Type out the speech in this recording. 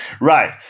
Right